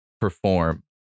perform